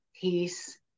peace